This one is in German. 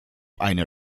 eine